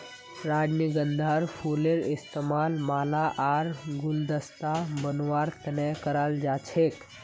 रजनीगंधार फूलेर इस्तमाल माला आर गुलदस्ता बनव्वार तने कराल जा छेक